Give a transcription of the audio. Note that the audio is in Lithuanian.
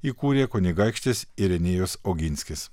įkūrė kunigaikštis irenijus oginskis